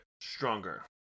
stronger